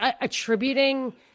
attributing